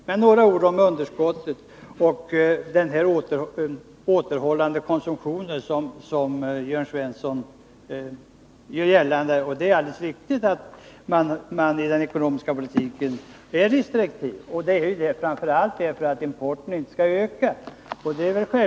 Så några ord om underskottet och återhållandet av konsumtionen som Jörn Svensson talar om. Det är alldeles riktigt att den ekonomiska politiken är restriktiv, detta framför allt därför att importen inte skall öka.